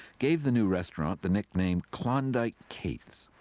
gave the new restaurant the nickname klondike kate's.